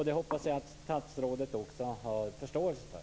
Det hoppas jag att statsrådet också har förståelse för.